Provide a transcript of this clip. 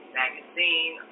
magazine